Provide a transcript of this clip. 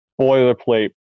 boilerplate